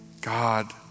God